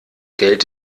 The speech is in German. geld